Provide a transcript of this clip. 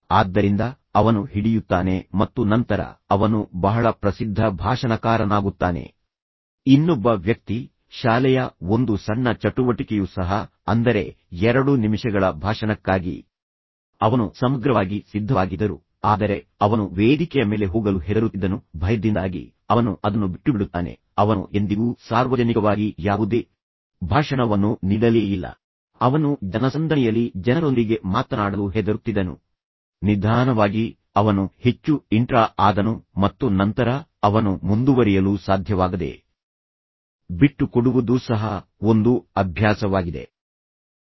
ಆದ್ದರಿಂದ ಅವನು ಹಿಡಿಯುತ್ತಾನೆ ಮತ್ತು ನಂತರ ಅವನು ಬಹಳ ಪ್ರಸಿದ್ಧ ಭಾಷಣಕಾರನಾಗುತ್ತಾನೆ ಇನ್ನೊಬ್ಬ ವ್ಯಕ್ತಿ ಶಾಲೆಯ ಒಂದು ಸಣ್ಣ ಚಟುವಟಿಕೆಯೂ ಸಹ ಅಂದರೆ ಎರಡು ನಿಮಿಷಗಳ ಭಾಷಣಕ್ಕಾಗಿ ಅವನು ಸಮಗ್ರವಾಗಿ ಸಿದ್ಧವಾಗಿದ್ದರು ಆದರೆ ಅವನು ವೇದಿಕೆಯ ಮೇಲೆ ಹೋಗಲು ಹೆದರುತ್ತಿದ್ದನು ಭಯದಿಂದಾಗಿ ಅವನು ಅದನ್ನು ಬಿಟ್ಟುಬಿಡುತ್ತಾನೆ ಅವನು ಎಂದಿಗೂ ಸಾರ್ವಜನಿಕವಾಗಿ ಯಾವುದೇ ಭಾಷಣವನ್ನು ನೀಡಲೇಯಿಲ್ಲ ಅವನು ಜನಸಂದಣಿಯಲ್ಲಿ ಜನರೊಂದಿಗೆ ಮಾತನಾಡಲು ಹೆದರುತ್ತಿದ್ದನು ನಿಧಾನವಾಗಿ ಅವನು ಹೆಚ್ಚು ಇಂಟ್ರಾ ಆದನು ಮತ್ತು ನಂತರ ಅವನು ಮುಂದುವರಿಯಲು ಸಾಧ್ಯವಾಗದ ಕಂಪನಿಯೊಂದರಲ್ಲಿ ದೊಡ್ಡ ವ್ಯವಸ್ಥಾಪಕನಾಗುವುದನ್ನು ಸಹ ತ್ಯಜಿಸಲು ಪ್ರಾರಂಭಿಸಿದನು